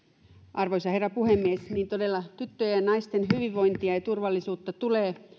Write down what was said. arvoisa herra puhemies todella tyttöjen ja naisten hyvinvointia ja turvallisuutta tulee